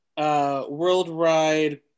worldwide